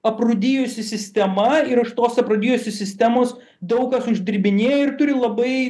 aprūdijusi sistema ir iš tos aprūdijusios sistemos daug kas uždirbinėja ir turi labai